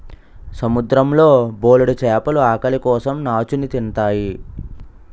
సముద్రం లో బోలెడు చేపలు ఆకలి కోసం నాచుని తింతాయి